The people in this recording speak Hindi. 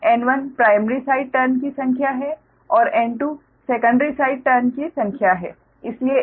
तो N1 प्राइमरी साइड टर्न की संख्या है और N2 सेकंडरी साइड टर्न की संख्या है इसलिए aN2N1 है